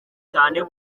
cyane